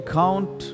count